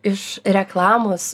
iš reklamos